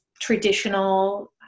traditional